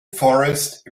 forest